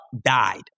died